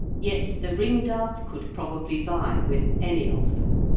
yet the ringdove could probably vie with any of them.